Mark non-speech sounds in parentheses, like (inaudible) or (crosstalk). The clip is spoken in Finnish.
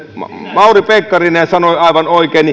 mauri pekkarinen sanoi aivan oikein (unintelligible)